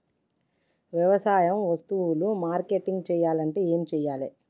వ్యవసాయ వస్తువులు మార్కెటింగ్ చెయ్యాలంటే ఏం చెయ్యాలే?